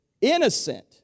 innocent